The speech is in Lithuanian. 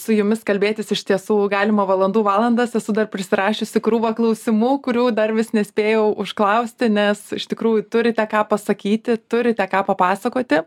su jumis kalbėtis iš tiesų galima valandų valandas esu dar prisirašiusi krūvą klausimų kurių dar vis nespėjau užklausti nes iš tikrųjų turite ką pasakyti turite ką papasakoti